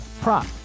prop